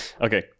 Okay